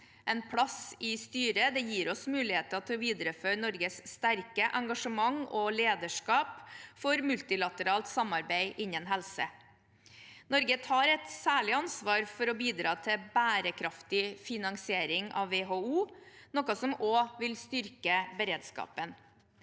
En plass i styret gir oss muligheter til å videreføre Norges sterke engasjement og lederskap for multilateralt samarbeid innen helse. Norge tar et særlig ansvar for å bidra til bærekraftig finansiering av WHO, noe som også vil styrke beredskapen.